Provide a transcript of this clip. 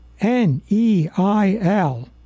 N-E-I-L